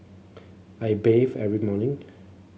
I bathe every morning